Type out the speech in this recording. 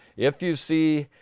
if you see,